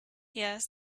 yes